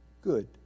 good